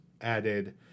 added